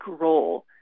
role